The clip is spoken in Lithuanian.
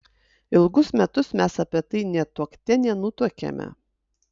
ilgus metus mes apie tai nė tuokte nenutuokėme